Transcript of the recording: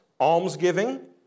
Almsgiving